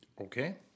Okay